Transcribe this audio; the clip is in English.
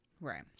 Right